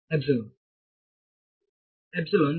ವಿದ್ಯಾರ್ಥಿ ಎಪ್ಸಿಲಾನ್